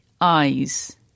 eyes